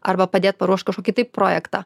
arba padėt paruošt kažkokį tai projektą